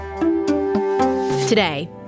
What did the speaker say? Today